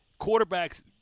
quarterbacks